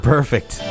Perfect